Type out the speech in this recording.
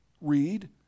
read